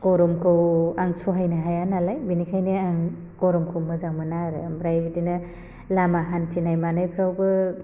गर'मखौ आं सहायनो हाया नालाय बिनिखायनो आं गर'मखौ मोजां मोना आरो आमफ्राय बिदिनो लामा हान्थिनाय मानायफ्रावबो